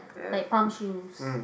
like palm shoes